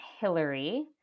Hillary